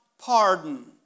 pardon